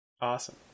Awesome